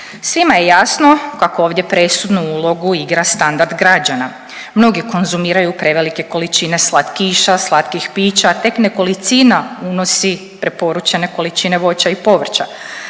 Svima je jasno kako ovdje presudnu ulogu igra standard građana, mnogi konzumiraju prevelike količine slatkiša i slatkih pića, tek nekolicina unosi preporučene količine voća i povrća,